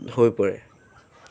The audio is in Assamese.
হৈ পৰে